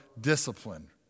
discipline